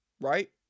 Right